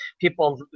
People